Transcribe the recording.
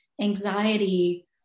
anxiety